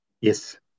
Yes